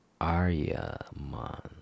Aryaman